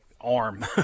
arm